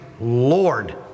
Lord